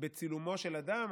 בצילומו של אדם,